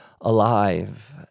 alive